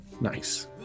nice